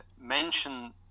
mention